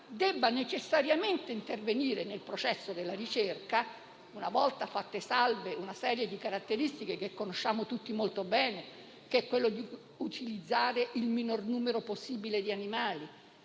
debba necessariamente intervenire nel processo della ricerca, una volta fatte salve una serie di caratteristiche che conosciamo tutti molto bene, ovvero che si utilizzi il minor numero possibile di animali,